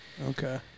Okay